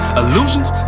illusions